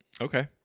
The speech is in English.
Okay